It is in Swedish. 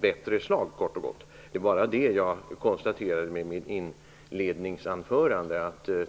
bättre. Det var det jag konstaterade i mitt inledningsanförande.